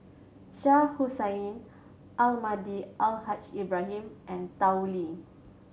Shah Hussain Almahdi Al Haj Ibrahim and Tao Li